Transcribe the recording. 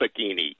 bikini